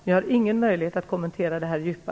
Jag har dock ingen möjlighet att djupare kommentera detta.